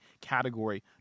category